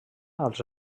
als